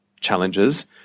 challenges